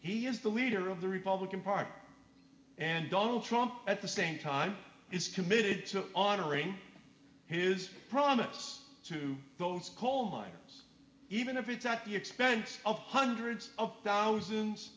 he is the leader of the republican party and don't trump at the same time is committed to honoring his promise to those coal miners even if it's at the expense of hundreds of thousands